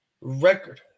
record